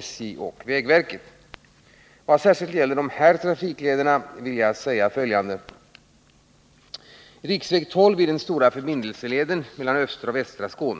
SJ och vägverket fullgör. Vad speciellt gäller de här berörda trafiklederna vill jag anföra följande. Riksväg 12 är den stora förbindelseleden mellan östra och västra Skåne.